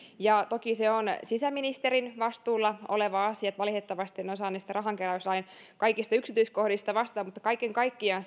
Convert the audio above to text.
ja toki se on sisäministerin vastuulla oleva asia enkä valitettavasti osaa rahankeräyslain kaikkiin yksityiskohtiin vastata kaiken kaikkiaan